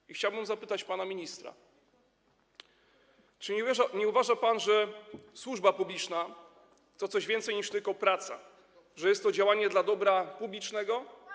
I chciałbym zapytać pana ministra: Czy nie uważa pan, że służba publiczna to coś więcej niż tylko praca, że jest to działanie dla dobra publicznego.